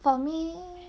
for me